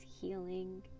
healing